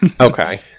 Okay